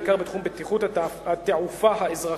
בעיקר בתחום בטיחות התעופה האזרחית.